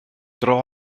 dro